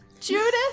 Judith